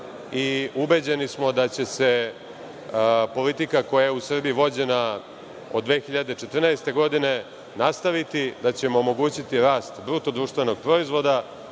i ubeđeni smo da će se politika koja je u Srbiji vođena od 2014. godini nastaviti, da ćemo omogućiti rast BDP, da ćemo omogućiti